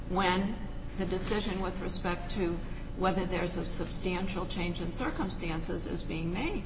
when the decision with respect to whether there is of substantial change in circumstances is being made